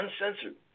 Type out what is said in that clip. Uncensored